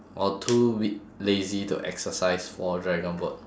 or too weak lazy to exercise for dragon boat